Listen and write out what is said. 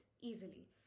easily